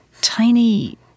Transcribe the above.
tiny